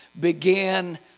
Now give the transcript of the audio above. began